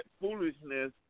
foolishness